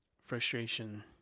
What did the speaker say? frustration